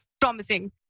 promising